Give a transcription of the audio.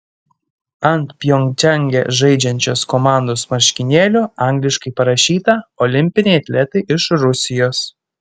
ant pjongčange žaidžiančios komandos marškinėlių angliškai parašyta olimpiniai atletai iš rusijos